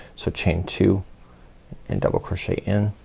so chain two and crochet in,